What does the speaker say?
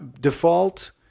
default